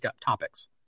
topics